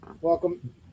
Welcome